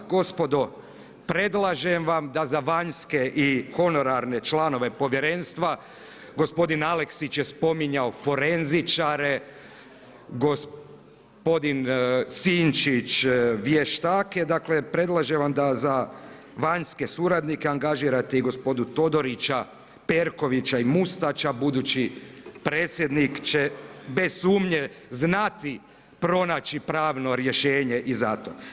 Gospodo, predlažem vam da za vanjske i honorarne članove povjerenstva gospodin Aleksić je spominjao forenzičare, gospodin Sinčić vještake, dakle predlažem vam da za vanjske suradnike angažirate i gospodu Todorića, Perkovića i Mustača budući predsjednik će bez sumnje znati pronaći pravno rješenje i za to.